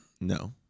No